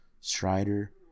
Strider